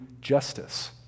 justice